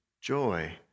joy